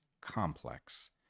complex